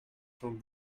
von